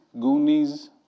Goonies